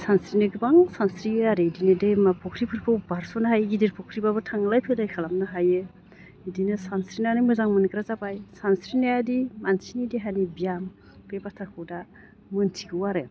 सानस्रिनो गोबां सानस्रियो आरो बिदिनो दैमा फख्रिफोरखौ बारस'नो हायो गिदिर फख्रिबाबो थांलाय फैलाय खालामनो हायो बिदिनो सानस्रिनानै मोजां मोनग्रा जाबाय सानस्रिनाया दि मानसिनि देहानि बियाम बे बाथ्राखौ दा मिन्थिगौ आरो